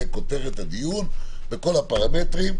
ישיבה עם כל הפרמטרים,